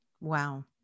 Wow